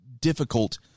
difficult